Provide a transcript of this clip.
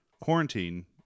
quarantine